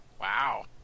Wow